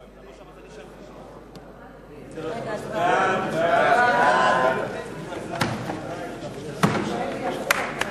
רכב מנועי (מרכיב ההעמסה בתעריף הביטוח),